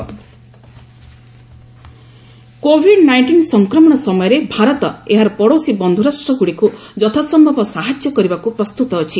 India neighbours COVID nineteen ସଂକ୍ରମଣ ସମୟରେ ଭାରତ ଏହାର ପଡ଼ୋଶୀ ବନ୍ଧୁରାଷ୍ଟ୍ରଗୁଡ଼ିକୁ ଯଥାସମ୍ଭବ ସାହାଯ୍ୟ କରିବାକୁ ପ୍ରସ୍ତୁତ ଅଛି